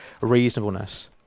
reasonableness